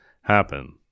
happen